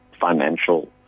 financial